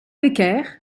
becker